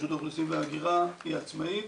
רשות האוכלוסין וההגירה היא עצמאית.